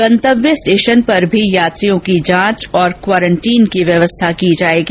गंतव्य स्टेशन पर भी यात्रियों की जांच और क्वारेंटीन की व्यवस्था की जाएगी